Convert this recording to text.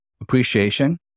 appreciation